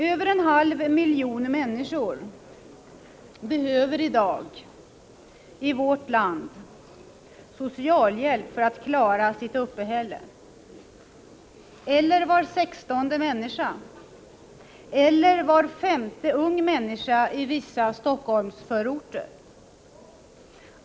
Över en halv miljon människor — eller var sextonde människa, i vissa stockholmsförorter var femte ung människa — behöver i dag i vårt land socialhjälp för att klara sitt uppehälle.